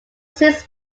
six